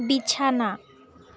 বিছানা